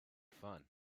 fun